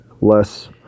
less